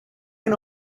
can